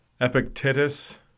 Epictetus